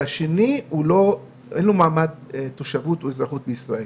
ולבן הזוג השני אין מעמד תושבות או אזרחות בישראל.